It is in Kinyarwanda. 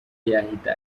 yahita